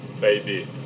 baby